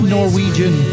Norwegian